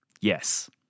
Yes